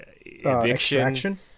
eviction